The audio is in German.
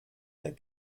der